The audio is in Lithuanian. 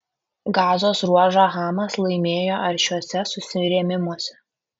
gazos ruožą hamas laimėjo aršiuose susirėmimuose